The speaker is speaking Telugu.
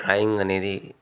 డ్రాయింగ్ అనేది